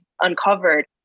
uncovered